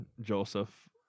Joseph